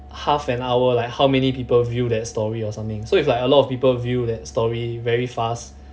half an hour like how many people view that story or something so it's like a lot of people view that story very fast